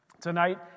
Tonight